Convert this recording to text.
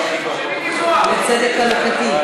צדק חלוקתי.